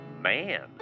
man